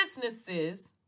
businesses